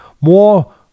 more